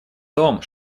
том